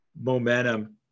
momentum